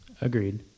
agreed